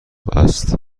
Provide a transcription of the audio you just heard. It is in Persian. است